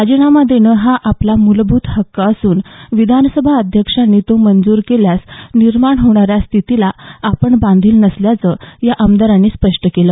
राजीनामा देणं हा आपला मूलभूत हक्क असून विधानसभा अध्यक्षांनी तो नामंजूर केल्यास निर्माण होणाऱ्या स्थितीला आपण बांधील नसल्याचं या आमदारांनी स्पष्ट केलं